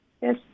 yes